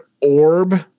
orb